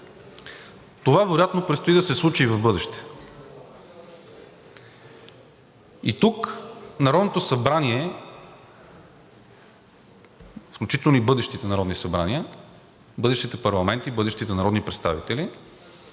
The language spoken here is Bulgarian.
това вероятно предстои да се случи и в бъдеще. И тук Народното събрание, включително и бъдещите народни събрания, бъдещите парламенти, бъдещите народни представители